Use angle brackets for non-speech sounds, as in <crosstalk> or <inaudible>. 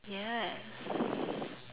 ya <breath>